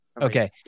Okay